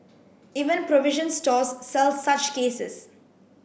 even provision stores sell such cases